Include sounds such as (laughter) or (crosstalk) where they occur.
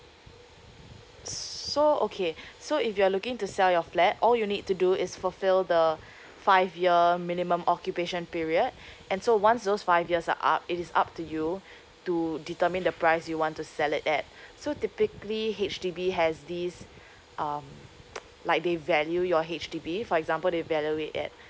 so okay so if you are looking to sell your flat all you need to do is fulfil the five year minimum occupation period and so once those five years are up it is up to you to determine the price you want to sell it at so typically H_D_B has this um (noise) like they value your H_D_B for example they evaluate at